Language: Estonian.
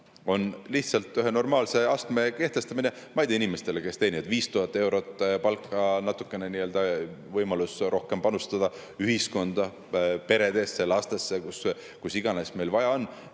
on lihtsalt ühe normaalse astme kehtestamine, ma ei tea, inimestele, kes teenivad 5000 eurot palka, et natukene nii-öelda rohkem panustada ühiskonda, peredesse, lastesse – kuhu iganes meil vaja on.